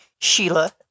Sheila